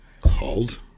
called